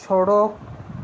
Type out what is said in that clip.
छोड़ो